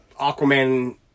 Aquaman